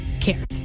cares